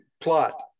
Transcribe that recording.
plot